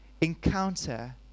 encounter